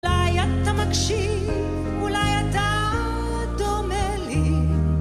אולי אתה מקשיב, אולי אתה דומה לי